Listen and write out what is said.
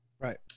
Right